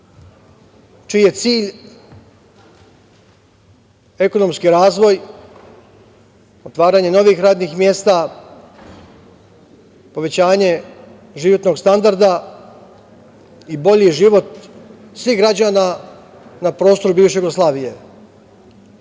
čiji je cilj ekonomski razvoj, otvaranje novih radnih mesta, povećavanje životnog standarda i bolji život svih građana na prostoru bivše Jugoslavije.Međutim,